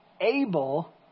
able